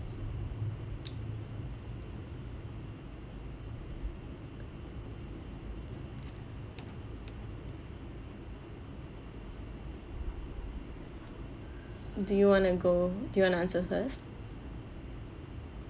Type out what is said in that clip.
do you want to go do you want to answer first